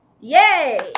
yay